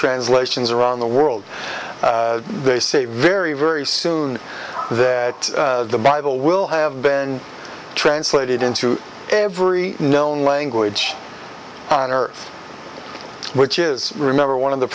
translations around the world they say very very soon that the bible will have been translated into every known language on earth which is remember one of the